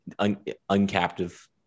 uncaptive